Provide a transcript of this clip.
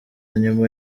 nyuma